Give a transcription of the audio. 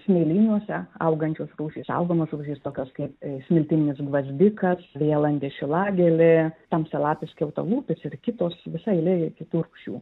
smėlynuose augančios rūšys saugomos rūšys tokios kaip smiltyninis gvazdikas vėlandė šilagėlė tamsialapis skiautalūpis ir kitos visa eilė kitų rūšių